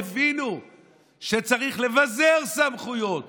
הבינו שצריך לבזר סמכויות